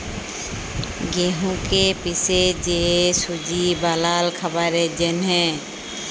গেঁহুকে পিসে যে সুজি বালাল খাবারের জ্যনহে